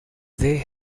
they